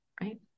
right